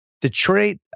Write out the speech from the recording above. Detroit